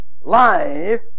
life